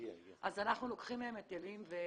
אז אנחנו לוקחים מהם היטלים ומיסים.